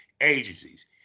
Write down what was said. agencies